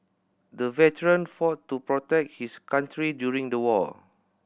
the veteran fought to protect his country during the war